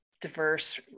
diverse